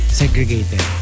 segregated